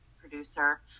producer